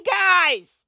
guys